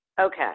Okay